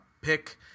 pick